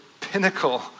pinnacle